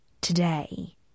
today